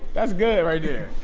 that's good, right yeah